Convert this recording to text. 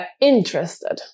interested